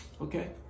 Okay